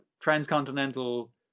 transcontinental